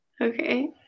okay